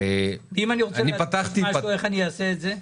אם אני רוצה להאיר משהו, איך אני אעשה את זה?